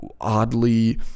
oddly